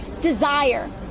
desire